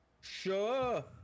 Sure